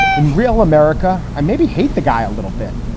in real america, i maybe hate the guy a little bit.